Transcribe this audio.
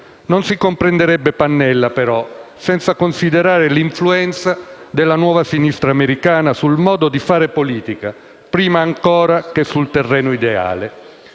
Non si comprenderebbe Pannella, però, senza considerare l'influenza della nuova sinistra americana sul modo di fare politica prima ancora che sul terreno ideale.